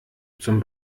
zum